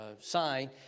sign